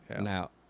Now